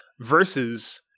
versus